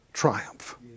Triumph